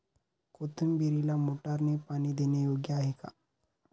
कोथिंबीरीला मोटारने पाणी देणे योग्य आहे का?